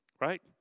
Right